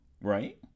right